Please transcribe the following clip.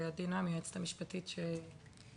ואיתי עדי נועם היועצת המשפטית של משרד החינוך.